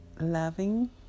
loving